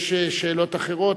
יש שאלות אחרות,